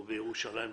או בירושלים ודאי.